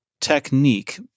technique